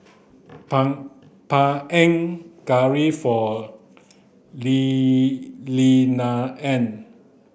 Panang Curry for Lee Lilianna